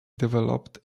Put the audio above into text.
developed